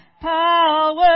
power